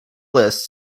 list